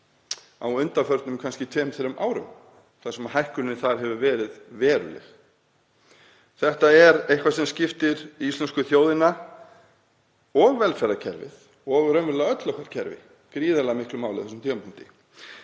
á undanförnum tveim, þrem árum þar sem hækkunin þar hefur verið veruleg. Þetta er eitthvað sem skiptir íslensku þjóðina og velferðarkerfið, og raunverulega öll okkar kerfi, gríðarlega miklu máli á þessum tímapunkti.